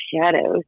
shadows